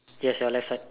yes your left side